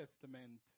Testament